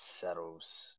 settles